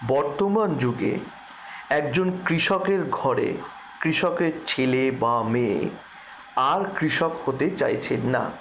বর্তমান যুগে একজন কৃষকের ঘরে কৃষকের ছেলে বা মেয়ে আর কৃষক হতে চাইছেন না